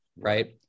right